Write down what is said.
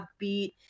upbeat